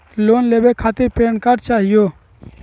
Loan लेवे खातीर PAN card चाहियो?